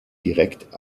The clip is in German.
direkt